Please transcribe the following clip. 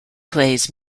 plays